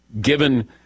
given